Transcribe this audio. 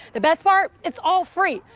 the best part it's all free.